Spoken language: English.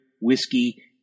whiskey